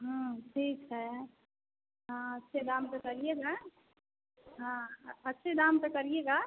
ठीक है हाँ अच्छे दाम पर करिएगा हाँ अच्छे दाम पर करिएगा